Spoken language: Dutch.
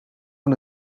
van